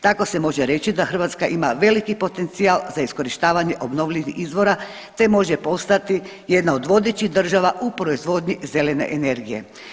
Tako se može reći da Hrvatska ima veliki potencijal za iskorištavanje obnovljivih izvora, te može postati jedna od vodećih država u proizvodnji zelene energije.